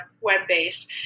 web-based